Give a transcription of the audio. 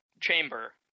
Chamber